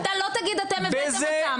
אדוני היושב-ראש, אתה לא תגיד אתם הבאתם אותם.